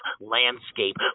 landscape